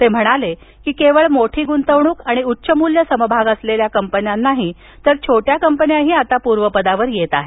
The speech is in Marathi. ते म्हणाले की केवळ मोठी गुंतवणूक आणि उच्च मूल्य समभाग असलेल्याच कंपन्या नाही तर छोट्या कंपन्याही आता पूर्वपदावर येत आहेत